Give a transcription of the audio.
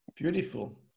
Beautiful